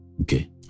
Okay